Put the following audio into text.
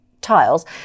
tiles